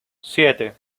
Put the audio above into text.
siete